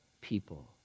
people